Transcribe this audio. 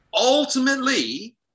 ultimately